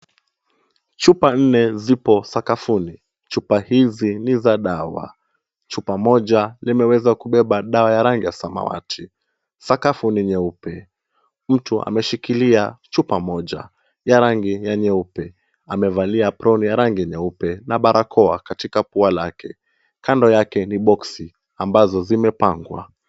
Chupa nne zipo sakafuni, chupa hizi ni za dawa. Chupa moja imeweza kubeba dawa ya rangi ya samawati, sakafu ni nyeupe. Mtu ameshikilia chupa moja ya rangi ya nyeupe, amevalia aproni ya rangi nyeupe na barakoa katika pua lake, kando yake ni boksi ambazo zimepangwa.